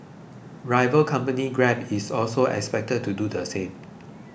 rival company Grab is also expected to do the same